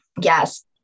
yes